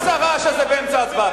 מה זה הרעש הזה באמצע ההצבעה?